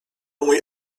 mój